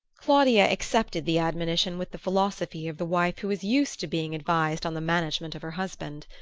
claudia accepted the admonition with the philosophy of the wife who is used to being advised on the management of her husband.